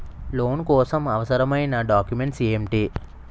Loan కోసం అవసరమైన documents ఎంటి?